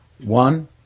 One